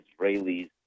Israelis